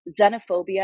xenophobia